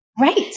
Right